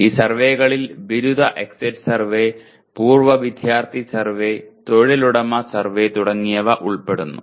ഈ സർവേകളിൽ ബിരുദ എക്സിറ്റ് സർവേ പൂർവ്വ വിദ്യാർത്ഥി സർവേ തൊഴിലുടമ സർവേ തുടങ്ങിയവ ഉൾപ്പെടുന്നു